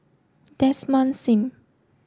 Desmond Sim